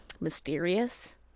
mysterious